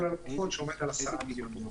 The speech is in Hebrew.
אגב, אנחנו למודי ניסיון.